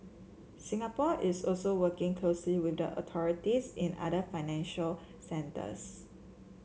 Singapore is also working closely with authorities in other financial centres